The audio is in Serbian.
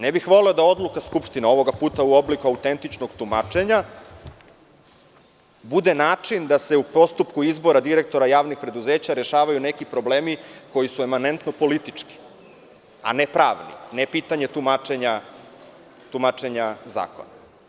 Ne bih voleo da odluka Skupštine, ovoga puta u obliku autentičnog tumačenja, bude način da se u postupku izbora direktora javnih preduzeća rešavaju neki problemi koji su emanentno politički a ne pravni, ne pitanje tumačenja zakona.